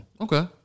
Okay